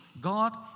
God